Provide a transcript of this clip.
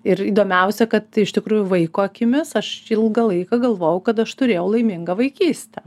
ir įdomiausia kad iš tikrųjų vaiko akimis aš ilgą laiką galvojau kad aš turėjau laimingą vaikystę